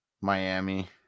Miami